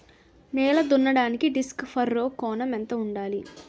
నేల దున్నడానికి disk furrow కోణం ఎంత ఉండాలి?